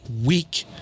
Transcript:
week